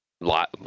lot